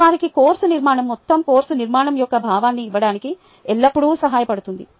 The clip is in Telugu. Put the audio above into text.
ఇది వారికి కోర్సు నిర్మాణం మొత్తం కోర్సు నిర్మాణం యొక్క భావాన్ని ఇవ్వడానికి ఎల్లప్పుడూ సహాయపడుతుంది